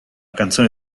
canzone